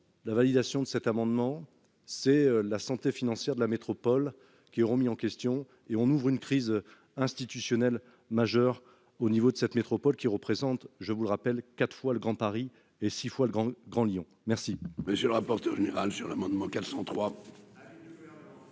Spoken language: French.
la validation de cet amendement, c'est la santé financière de la métropole qui serait remise en question. Nous ouvririons une crise institutionnelle majeure au sein de cet ensemble, qui représente, je vous le rappelle, quatre fois le Grand Paris et six fois le Grand Lyon. Quel